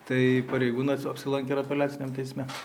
tai pareigūnai aps apsilankė ir apeliaciniam teisme